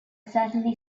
certainly